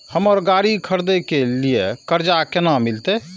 हमरा गाड़ी खरदे के लिए कर्जा केना मिलते?